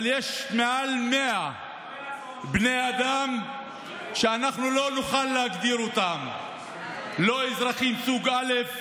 אבל יש מעל 100 בני אדם שלא נוכל להגדיר אותם לא אזרחים סוג א'